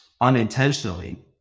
Unintentionally